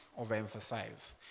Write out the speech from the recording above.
overemphasize